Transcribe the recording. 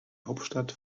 hauptstadt